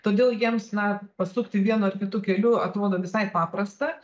todėl jiems na pasukti vienu ar kitu keliu atrodo visai paprasta